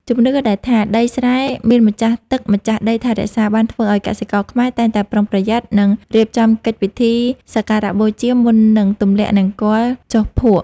ជំនឿដែលថាដីស្រែមានម្ចាស់ទឹកម្ចាស់ដីថែរក្សា បានធ្វើឱ្យកសិករខ្មែរតែងតែប្រុងប្រយ័ត្ន និងរៀបចំកិច្ចពិធីសក្ការបូជាមុននឹងទម្លាក់នង្គ័លចុះភក់។